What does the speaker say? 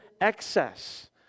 excess